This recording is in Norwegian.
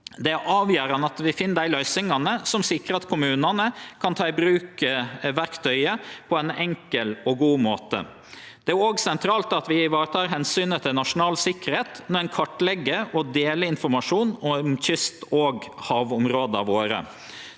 Det er avgjerande at vi finn dei løysingane som sikrar at kommunane kan ta i bruk dette verktøyet på ein enkel og god måte. Det er òg sentralt at vi varetek omsynet til nasjonal sikkerheit når ein kartlegg og deler informasjon om kyst- og havområda våre.